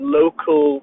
local